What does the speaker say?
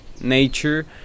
nature